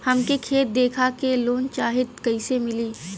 हमके खेत देखा के लोन चाहीत कईसे मिली?